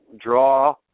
draw